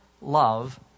love